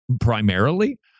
Primarily